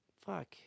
fuck